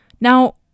Now